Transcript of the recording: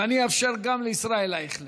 ואני אאפשר גם לישראל אייכלר,